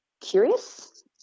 curious